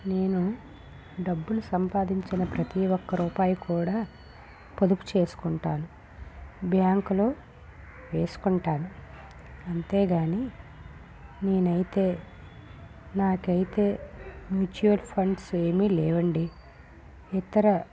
నేను డబ్బులు సంపాదించిన ప్రతి ఒక్క రూపాయి కూడా పొదుపు చేసుకుంటాను బ్యాంకులో వేసుకుంటాను అంతే కానీ నేనైతే నాకైతే మ్యూచువల్ ఫండ్స్ ఏమి లేవండి ఇతర